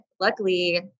luckily